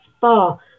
far